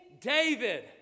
David